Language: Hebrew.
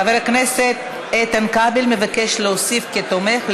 חבר הכנסת איתן כבל מבקש להוסיף אותו כתומך,